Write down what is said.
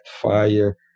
fire